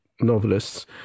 novelists